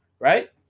Right